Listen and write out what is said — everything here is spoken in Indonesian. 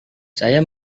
saya